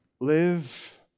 live